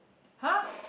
!huh!